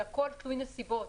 זה הכול תלוי נסיבות.